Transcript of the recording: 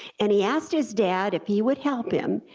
and he asked his dad if he would help him,